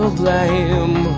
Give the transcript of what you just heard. blame